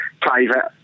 private